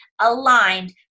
aligned